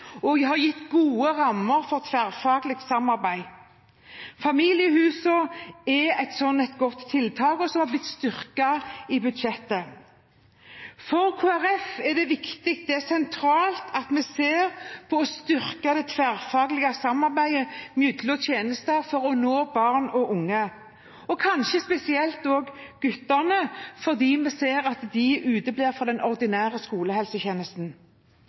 og har gitt gode rammer for tverrfaglig samarbeid. Familiehusene er et slikt godt tiltak som har blitt styrket i budsjettet. For Kristelig Folkeparti er det sentralt å styrke det tverrfaglige samarbeidet mellom tjenester for å nå barn og unge, og kanskje spesielt gutter, fordi vi ser at de uteblir fra den ordinære skolehelsetjenesten.